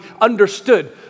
understood